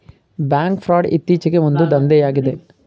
bank fraud ಇತ್ತೀಚೆಗೆ ಒಂದು ದಂಧೆಯಾಗಿದೆ